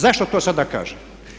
Zašto to sada kažem?